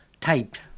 typed